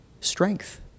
strength